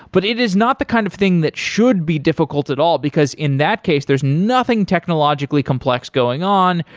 but it is not the kind of thing that should be difficult at all, because in that case there's nothing technologically complex going on.